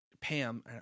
pam